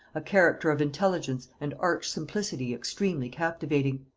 a character of intelligence and arch simplicity extremely captivating.